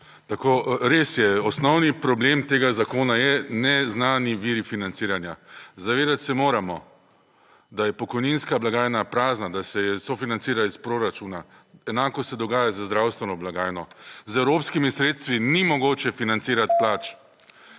Res je, osnovni problem tega zakona je neznani viri financiranja. Zavedati se moramo, da je pokojninska blagajna prazna, da se sofinancira iz proračuna. Enako se dogaja z zdravstveno blagajno. Z evropskimi sredstvi ni mogoče financirati plač